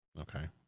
Okay